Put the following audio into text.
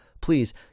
Please